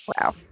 Wow